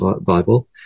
Bible